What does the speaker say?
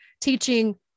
teaching